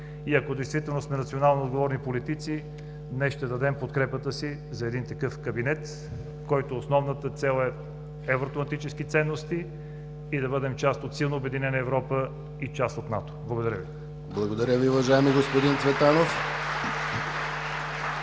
И ако действително сме национално отговорни политици, днес ще дадем подкрепата си за един такъв кабинет, на който основната цел са евроатлантическите ценности и да бъдем част от силно обединена Европа и част от НАТО. Благодаря Ви. (Ръкопляскания от